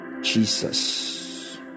Jesus